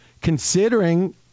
considering